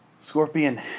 Scorpion